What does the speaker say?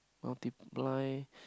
multiply